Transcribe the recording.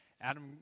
Adam